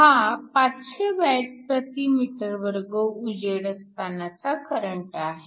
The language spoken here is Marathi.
हा 500Wm2 उजेड असतानाचा करंट आहे